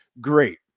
Great